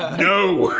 no!